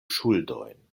ŝuldojn